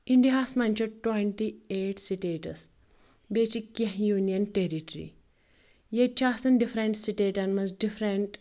India ہس منٛز چھِ ٹُونٛٹی ایٹ سٹیٹٕس بیٚیہِ چھِ کینٛہہ یونین ٹیریٹری ییٚتہٕ چھِ آسان ڈفریٚنٹ سٹیٹن منٛز ڈفریٚنٹ